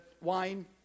wine